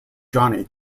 johnny